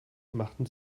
machten